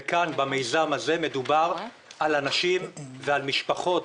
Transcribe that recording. וכאן במיזם הזה מדובר על אנשים ועל משפחות,